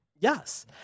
Yes